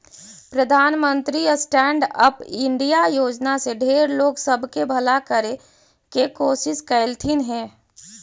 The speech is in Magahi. प्रधानमंत्री स्टैन्ड अप इंडिया योजना से ढेर लोग सब के भला करे के कोशिश कयलथिन हे